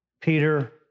Peter